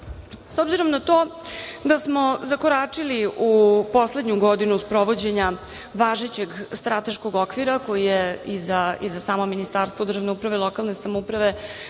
obzirom na to da smo zakoračili u poslednju godina sprovođenja važećeg strateškog okvira koji je i za samo Ministarstvo državne uprave i lokalne samouprave,